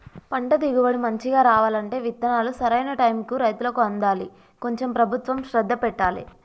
పంట దిగుబడి మంచిగా రావాలంటే విత్తనాలు సరైన టైముకు రైతులకు అందాలి కొంచెం ప్రభుత్వం శ్రద్ధ పెట్టాలె